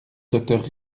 docteur